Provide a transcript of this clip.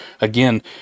Again